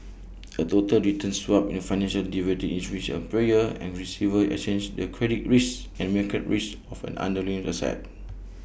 A total return swap in financial derivative in which A payer and receiver exchange the credit risk and market risk of an underlying asset